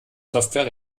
software